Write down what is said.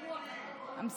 רק את המדינה.